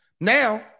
Now